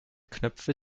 knöpfe